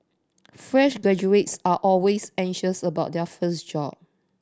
fresh graduates are always anxious about their first job